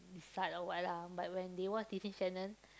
decide or what lah but when they watch Disney channel